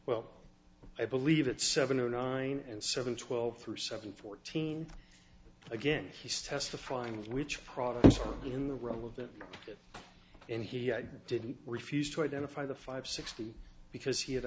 well i believe it's seven or nine and seven twelve three seven fourteen again he's testifying which products are in the realm of that and he didn't refuse to identify the five sixty because he had